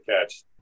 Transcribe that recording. catch